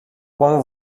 como